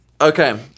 Okay